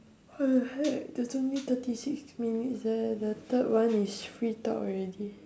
what the heck that's only thirty six minutes leh the third one is free talk already